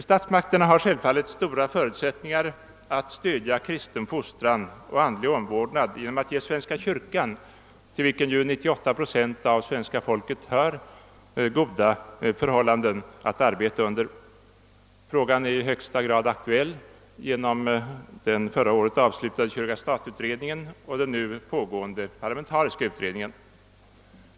Statsmakterna har självfallet stora förutsättningar att stödja kristen fostran och andlig omvårdnad genom att ge svenska kyrkan, till vilken ju 98 procent av svenska folket hör, goda förhållanden att arbeta under. Frågan är i högsta grad aktuell genom den förra året avslutade kyrka—stat-utredningen och den nu pågående parlamentariska utredningen.